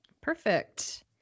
Perfect